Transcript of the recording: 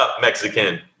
Mexican